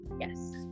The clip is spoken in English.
Yes